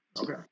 Okay